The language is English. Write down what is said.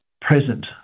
present